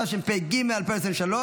התשפ"ג 2022,